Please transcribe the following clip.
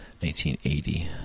1980